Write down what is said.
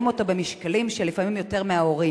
אותו כשלפעמים הם שוקלים יותר מההורים.